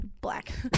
black